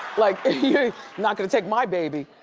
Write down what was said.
like not gonna take my baby,